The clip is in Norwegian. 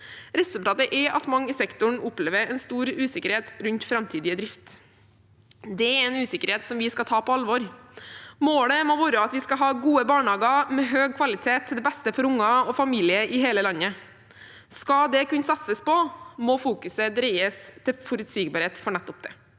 Resultatet er at mange i sektoren opplever en stor usikkerhet rundt framtidig drift. Det er en usikkerhet som vi skal ta på alvor. Målet må være at vi skal ha gode barnehager med høy kvalitet, til beste for unger og familier i hele landet. Skal det kunne satses på, må fokuset dreies til forutsigbarhet for nettopp det.